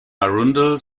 arundel